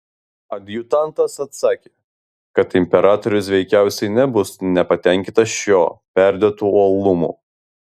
adjutantas atsakė kad imperatorius veikiausiai nebus nepatenkintas šiuo perdėtu uolumu